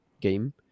game